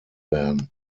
werden